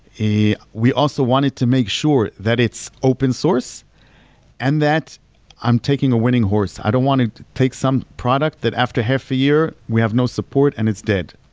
we also wanted to make sure that it's open source and that i'm taking a winning horse. i don't want to take some product that after half a year we have no support and it's dead.